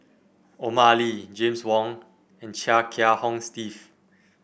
Omar Ali James Wong and Chia Kiah Hong Steve